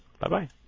Bye-bye